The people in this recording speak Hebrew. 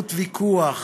תרבות ויכוח.